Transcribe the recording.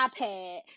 iPad